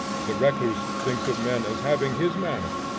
the recluse thinks of men as having his manner,